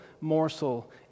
morsel